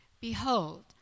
Behold